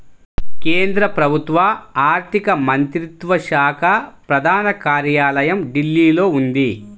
కేంద్ర ప్రభుత్వ ఆర్ధిక మంత్రిత్వ శాఖ ప్రధాన కార్యాలయం ఢిల్లీలో ఉంది